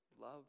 love